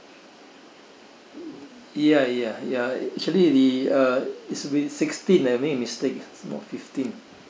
ya ya ya actually the uh it should be sixteen I made a mistake is not fifteen